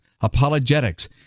apologetics